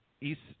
east